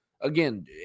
again